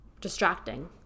distracting